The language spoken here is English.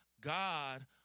God